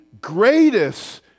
greatest